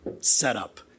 setup